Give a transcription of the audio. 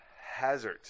Hazard